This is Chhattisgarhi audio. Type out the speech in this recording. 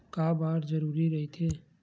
का बार जरूरी रहि थे?